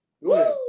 Woo